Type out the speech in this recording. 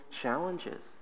challenges